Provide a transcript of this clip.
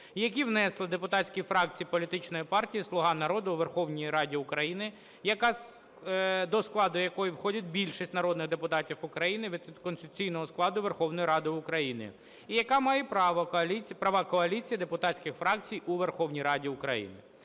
які внесла депутатська фракція політичної партії "Слуга народу" у Верховній Раді України, до складу якої входить більшість народних депутатів України від конституційного складу Верховна Ради України і яка має права коаліції депутатських фракцій у Верховній Раді України.